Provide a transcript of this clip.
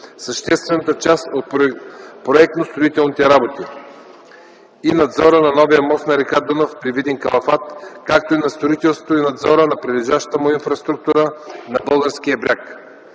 съществена част от проектно-строителните работи и надзора на новия мост на р. Дунав при Видин-Калафат, както и на строителството и надзора на прилежащата му инфраструктура на българския бряг.